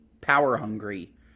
power-hungry